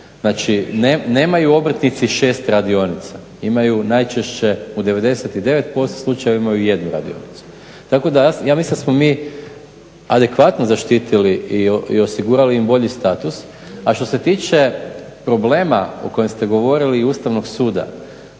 znači nemaju obrtnici 6 radionica, imaju najčešće u 99% slučajeva imaju jednu radionicu. Tako da ja mislim da smo mi adekvatno zaštitili i osgiurali im bolji status. A što se tiče problema o kojem ste govorili i Ustavnog suda